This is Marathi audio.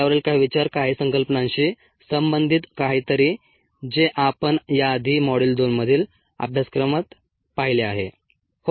त्यावरील काही विचार काही संकल्पनांशी संबंधित काहीतरी जे आपण याआधी मॉड्यूल 2 मधील अभ्यासक्रमात पाहिले आहे